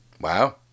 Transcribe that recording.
wow